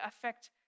affect